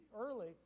early